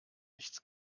nichts